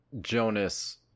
jonas